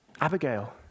Abigail